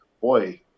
boy